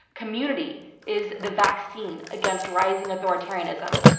community is the vaccine against rising authoritarianism.